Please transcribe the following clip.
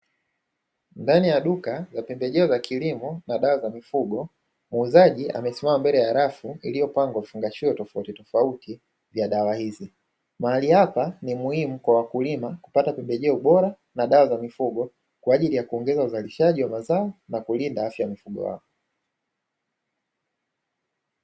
Ndani ya duka la pembejeo za kilimo na dawa za mifugo, muuzaji amesimama mbele ya rafu iliyopangwa vifungashio tofautitofauti vya dawa hizi. Mahali hapa ni muhimu kwa wakulima kupata pembejeo bora, na dawa za mifugo kwa ajili ya kuongeza uzalishaji wa mazao, na kulinda afya ya mifugo yao.